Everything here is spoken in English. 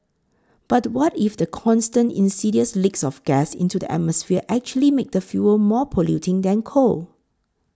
but what if the constant insidious leaks of gas into the atmosphere actually make the fuel more polluting than coal